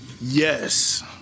Yes